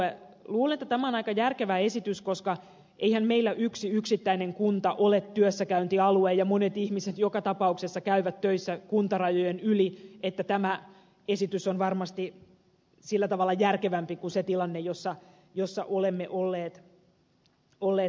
luulen että tämä on aika järkevä esitys koska eihän meillä yksi yksittäinen kunta ole työssäkäyntialue ja monet ihmiset joka tapauksessa käyvät töissä kuntarajojen yli niin että tämä esitys on varmasti sillä tavalla järkevämpi kuin se tilanne jossa olemme olleet aikaisemmin